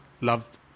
loved